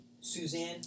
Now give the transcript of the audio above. Suzanne